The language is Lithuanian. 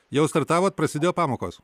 jau startavot prasidėjo pamokos